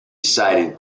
cited